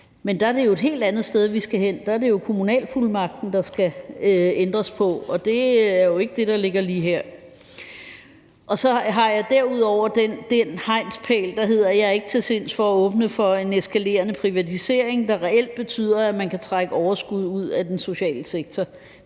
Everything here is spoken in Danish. men der er det jo et helt andet, sted vi skal hen. Der er det kommunalfuldmagten, der skal ændres på, og det er jo ikke det, der ligger lige her. Så har jeg derudover den hegnspæl, der hedder, at jeg ikke er til sinds at åbne for en eskalerende privatisering, der reelt betyder, at man kan trække overskuddet ud af den sociale sektor.